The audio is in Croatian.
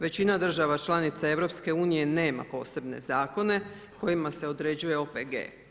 Većina država članica EU nema posebne zakone kojima se određuje OPG.